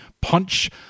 punch